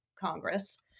Congress